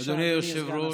בבקשה, אדוני סגן השר.